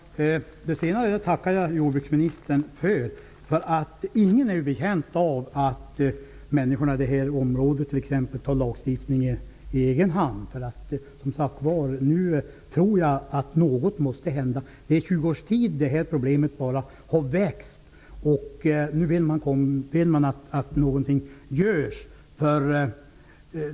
Fru talman! Det senare tackar jag jordbruksministern för. Ingen är betjänt av att människorna i t.ex. detta område tar lagen i egen hand. Nu tror jag att något måste hända. Det här problemet har växt under tjugo års tid. Nu vill man att någonting görs.